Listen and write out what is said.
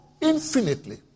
infinitely